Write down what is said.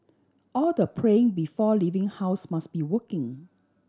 all the praying before leaving house must be working